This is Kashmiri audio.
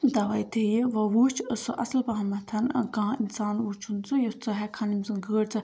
تَؤے تہِ یہِ وۄنۍ وُچھ ٲں سُہ اصٕل پَہم ٲں کانٛہہ اِنسان وُچھُن ژٕ یُس ژٕ ہیٚکہٕ ہان ییٚمۍ سٕنٛز گٲڑۍ ژٕ